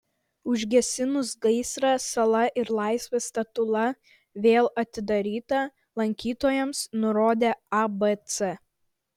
užgesinus gaisrą sala ir laisvės statula vėl atidaryta lankytojams nurodė abc